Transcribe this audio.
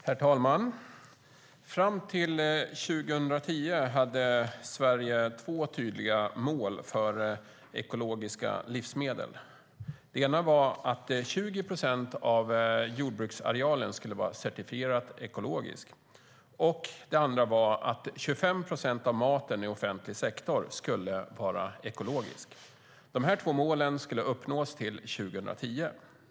Herr talman! Fram till 2010 hade Sverige två tydliga mål för ekologiska livsmedel. Det ena var att 20 procent av jordbruksarealen skulle vara certifierat ekologisk, och det andra var att 25 procent av maten i offentlig sektor skulle vara ekologisk. De två målen skulle uppnås till 2010.